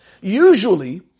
Usually